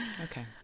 Okay